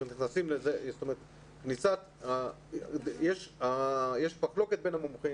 יש מחלוקת בין המומחים.